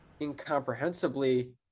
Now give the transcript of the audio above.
incomprehensibly